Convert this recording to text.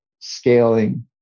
scaling